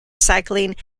cycling